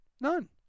None